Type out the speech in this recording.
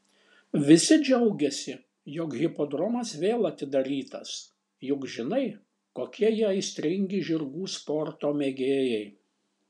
visi džiaugiasi jog hipodromas vėl atidarytas juk žinai kokie jie aistringi žirgų sporto mėgėjai